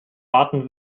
baden